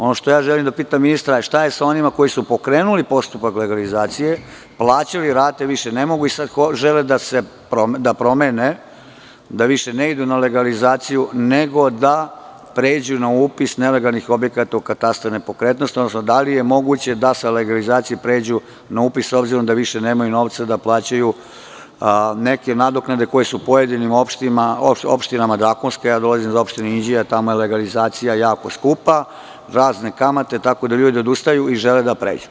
Ono što ja želim da pitam ministra, šta je sa onima koji su pokrenuli postupak legalizacije, plaćali rate, a više ne mogu i sada žele da promene, da više ne idu na legalizaciju, nego da pređu na upis nelegalnih objekata u katastar nepokretnosti, odnosno da li je moguće da sa legalizacije pređu na upis, s obzirom da više nemaju novca da plaćaju neke nadoknade koje su pojedinim opštinama, s obzirom da ja dolazim iz opštine Inđije, a tamo je legalizacija jako skupa, razne kamate, tako da ljudi odustaju i žele da pređu.